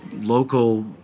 local